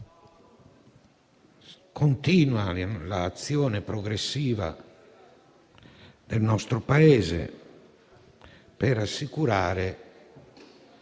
continua l'azione progressiva del nostro Paese per assicurare